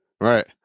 Right